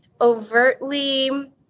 overtly